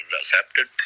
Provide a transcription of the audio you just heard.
accepted